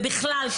בכלל,